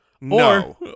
No